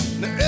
now